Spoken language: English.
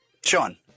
Sean